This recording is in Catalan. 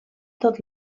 tot